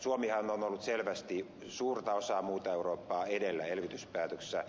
suomihan on ollut selvästi suurta osaa muuta eurooppaa edellä elvytyspäätöksissä